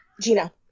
gina